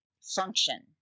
function